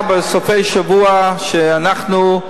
שאנחנו,